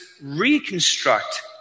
reconstruct